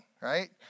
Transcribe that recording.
Right